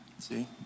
See